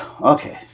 Okay